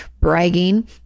bragging